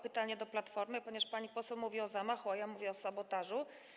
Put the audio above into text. Pytanie to Platformy, ponieważ pani poseł mówi o zamachu, a ja mówię o sabotażu.